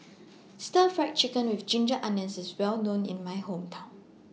Stir Fried Chicken with Ginger Onions IS Well known in My Hometown